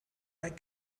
bei